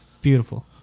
Beautiful